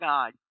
God